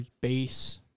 base